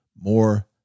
more